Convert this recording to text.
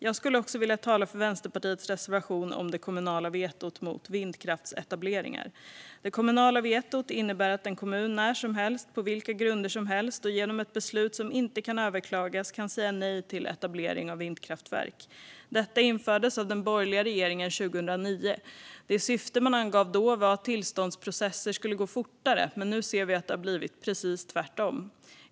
Jag skulle också vilja tala för Vänsterpartiets reservation om det kommunala vetot mot vindkraftsetableringar. Det kommunala vetot innebär att en kommun när som helst och på vilka grunder som helst genom ett beslut som inte kan överklagas kan säga nej till etablering av vindkraftverk. Detta infördes av den borgerliga regeringen 2009. Det syfte man angav då var att tillståndsprocesserna skulle gå fortare, men nu ser vi att det har blivit precis tvärtom.